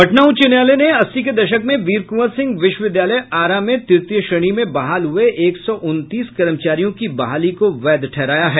पटना उच्च न्यायालय ने अस्सी के दशक में वीर कुंवर सिंह विश्वविद्यालय आरा में तृतीय श्रेणी में बहाल हुए एक सौ उनतीस कर्मचारियों की बहाली को वैध ठहराया है